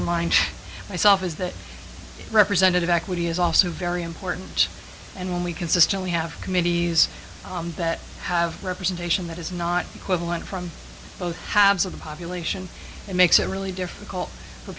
remind myself is that representative activity is also very important and when we consistently have committees that have representation that is not equivalent from both halves of the population it makes it really difficult for